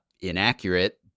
inaccurate